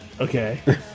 Okay